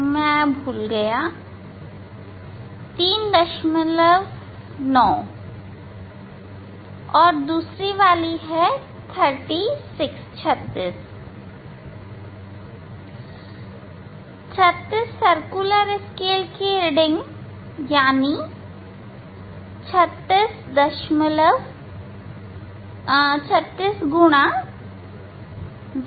मैं भूल गया 39 हाँ 39 है और दूसरी वाली 36 36 सर्कुलर स्केल की रीडिंग 36001